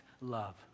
love